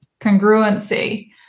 congruency